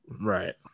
right